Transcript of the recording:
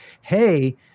Hey